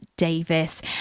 Davis